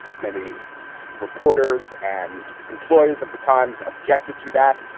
many reporters and employees of the times objected to that.